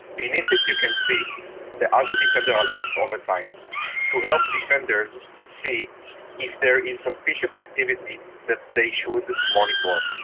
beneath it, you can see the azure defender alerts overtime to help defenders see if there is suspicious activity that they should monitor.